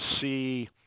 see